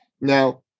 Now